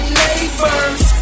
neighbors